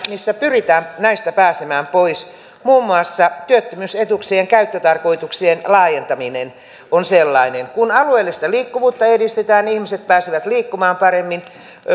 missä pyritään näistä pääsemään pois muun muassa työttömyysetuuksien käyttötarkoituksien laajentaminen on sellainen kun alueellista liikkuvuutta edistetään niin ihmiset pääsevät liikkumaan paremmin